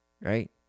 right